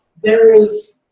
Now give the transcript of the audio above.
there is.